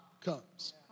comes